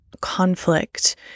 conflict